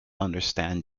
understand